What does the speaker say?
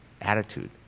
attitude